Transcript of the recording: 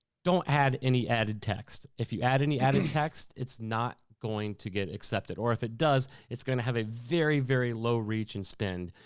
don't add any added text. if you add any added text, it's not going to get accepted. or if it does, it's gonna have a very very low reach and spend.